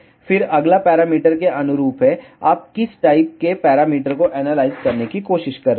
फिर अगला पैरामीटर के अनुरूप है आप किस टाइप के पैरामीटर को एनालाइज करने की कोशिश कर रहे हैं